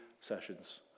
sessions